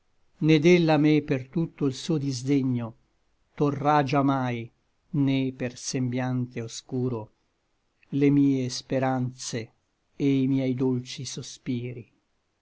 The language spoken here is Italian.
ella a me per tutto l suo disdegno torrà già mai né per sembiante oscuro le mie speranze e i miei dolci sospiri